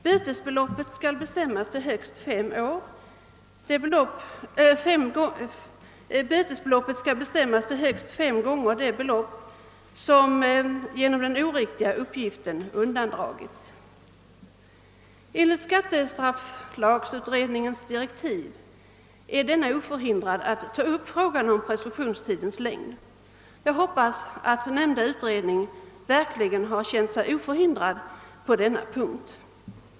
Bötesbeloppet skall bestämmas till högst fem gånger det belopp som genom den oriktiga uppgiften undandragits. Skattestrafflagutredningen är enligt sina direktiv oförhindrad att ta upp frågan om Ppreskriptionstidens längd. Jag hoppas att utredningen verkligen känt sig oförhindrad att göra det.